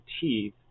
teeth